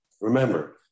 Remember